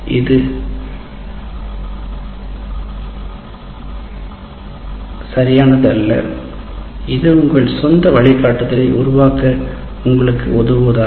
இது ஸ்ட்ரைட்ஜாகெட்டிங் அல்ல இது உங்கள் சொந்த வழிகாட்டுதலை உருவாக்க உங்களுக்கு உதவுவதாகும்